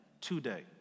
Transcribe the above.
Today